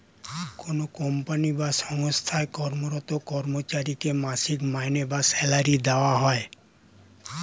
কোনো কোম্পানি বা সঙ্গস্থায় কর্মরত কর্মচারীকে মাসিক মাইনে বা স্যালারি দেওয়া হয়